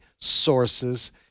sources